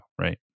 right